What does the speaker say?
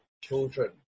children